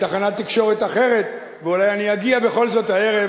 מתחנת תקשורת אחרת, ואולי אני אגיע בכל זאת הערב